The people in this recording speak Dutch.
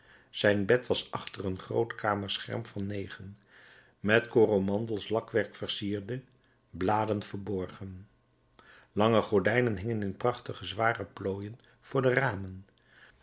zijn bed was achter een groot kamerscherm van negen met coromandelsch lakwerk versierde bladen verborgen lange gordijnen hingen in prachtige zware plooien voor de ramen